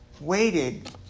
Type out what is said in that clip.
waited